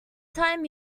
time